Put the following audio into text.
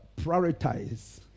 prioritize